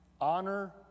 Honor